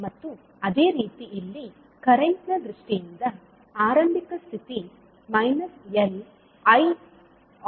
ಮತ್ತು ಅದೇ ರೀತಿ ಇಲ್ಲಿ ಕರೆಂಟ್ ನ ದೃಷ್ಟಿಯಿಂದ ಆರಂಭಿಕ ಸ್ಥಿತಿ −𝐿𝑖0− ಆಗಿರುತ್ತದೆ